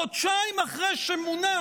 חודשיים אחרי שמונה,